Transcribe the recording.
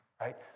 right